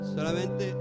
Solamente